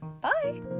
bye